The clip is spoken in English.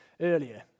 earlier